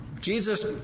Jesus